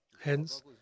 Hence